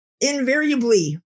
invariably